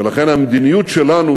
ולכן המדיניות שלנו